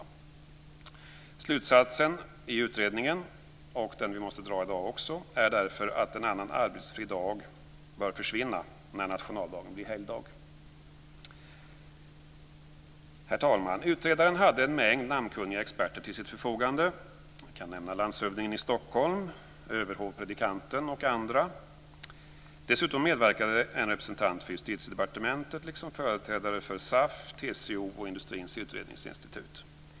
Den slutsats som dras i utredningen och som måste dras också i dag är därför att en annan arbetsfri dag bör försvinna när nationaldagen blir helgdag. Herr talman! Utredaren hade en mängd namnkunniga experter till sitt förfogande. Jag kan bl.a. nämna landshövdingen i Stockholm och överhovpredikanten. Dessutom medverkade en representant för Justitiedepartementet liksom företrädare för SAF, TCO och Industrins Utredningsinstitut.